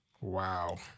Wow